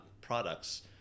products